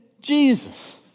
Jesus